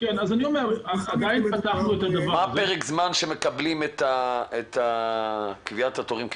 מה פרק הזמן שמקבלים את קביעת התורים?